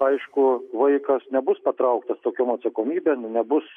aišku vaikas nebus patrauktas tokiom atsakomybėn nebus